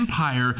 empire